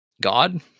God